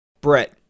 Brett